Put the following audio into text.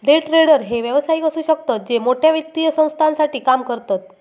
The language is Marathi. डे ट्रेडर हे व्यावसायिक असु शकतत जे मोठ्या वित्तीय संस्थांसाठी काम करतत